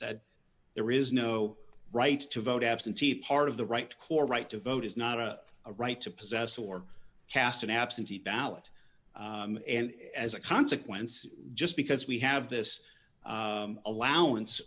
said there is no right to vote absentee part of the right core right to vote is not a right to possess or cast an absentee ballot and as a consequence just because we have this allowance